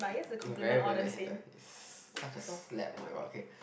very very bad handles such a slap oh-my-god okay